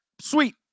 sweet